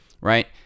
right